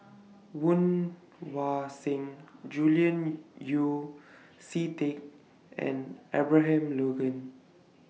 Woon Wah Siang Julian Yeo See Teck and Abraham Logan